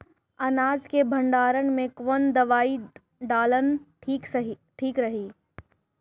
अनाज के भंडारन मैं कवन दवाई डालल ठीक रही?